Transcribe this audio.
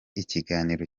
ikiganiro